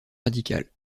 radical